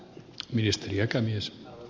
arvoisa puhemies